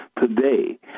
today